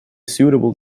suitable